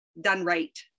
done-right